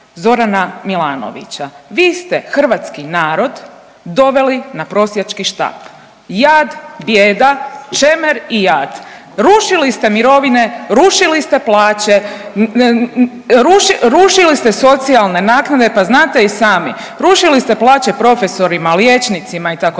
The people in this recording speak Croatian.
Zorana Milanovića vi ste hrvatski narod doveli na prosjački štap, jad, bijeda, čemer i jad, rušili ste mirovine, rušili ste plaće, rušili ste socijalne naknade, pa znate i sami, rušili ste plaće profesorima, liječnicima itd.